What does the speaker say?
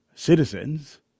Citizens